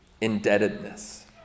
Indebtedness